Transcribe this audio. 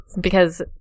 because-